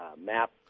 map